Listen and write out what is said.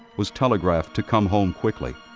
was telegraphed to come home quickly.